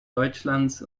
deutschlands